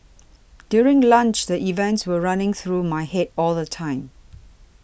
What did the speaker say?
during lunch the events were running through my head all the time